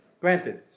Granted